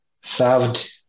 served